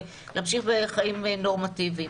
להמשיך בחיים נורמטיביים.